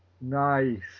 Nice